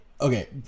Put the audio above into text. okay